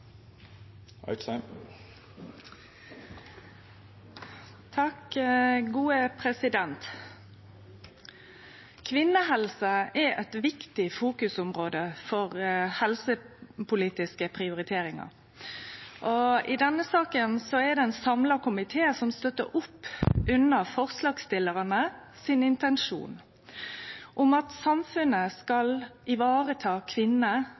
eit viktig fokusområde for helsepolitiske prioriteringar. I denne saka er det ein samla komité som støttar opp under intensjonen til forslagsstillarane. At samfunnet skal vareta kvinner